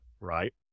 right